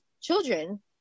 children